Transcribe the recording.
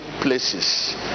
places